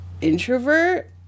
introvert